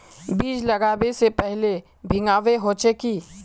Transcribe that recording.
बीज लागबे से पहले भींगावे होचे की?